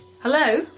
Hello